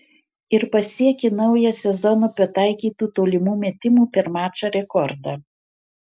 ir pasiekė naują sezono pataikytų tolimų metimų per mačą rekordą